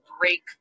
break